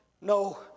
No